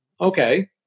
Okay